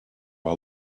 are